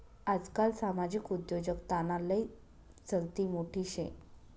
आजकाल सामाजिक उद्योजकताना लय चलती मोठी शे